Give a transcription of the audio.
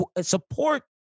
support